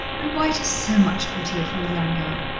and white is so much prettier for a young girl.